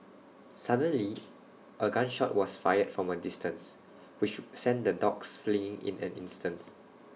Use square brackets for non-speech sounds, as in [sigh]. suddenly [noise] A gun shot was fired from A distance which sent the dogs fleeing in an instant